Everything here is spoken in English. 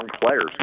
players